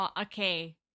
Okay